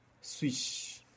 switch